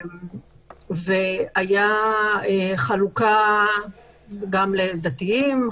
הייתה חלוקה גם לדתיים,